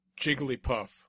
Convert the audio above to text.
Jigglypuff